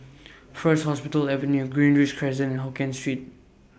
First Hospital Avenue Greenridge Crescent Hokkien Street